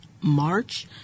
March